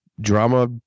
Drama